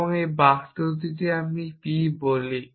এবং আমি এই বাক্যটিকে p বলি